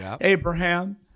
Abraham